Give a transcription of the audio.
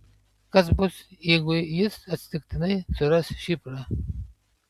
kas bus jeigu jis atsitiktinai suras šifrą